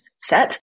set